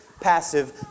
passive